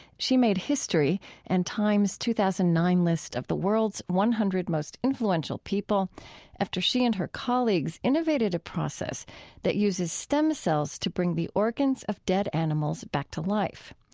she made history and time's two thousand and nine list of the world's one hundred most influential people after she and her colleagues innovated a process that uses stem cells to bring the organs of dead animals back to life.